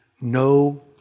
No